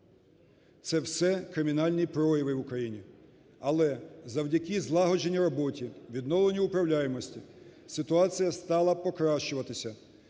Це все кримінальні прояви в Україні. Але завдяки злагодженій роботі, відновленню управляємості ситуація стала покращуватися